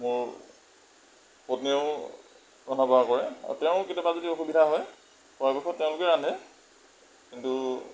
মোৰ পত্নীয়েও ৰন্ধা বঢ়া কৰে আৰু তেওঁৰো কেতিয়াবা যদি অসুবিধা হয় পৰাপক্ষত তেওঁলোকে ৰান্ধে কিন্তু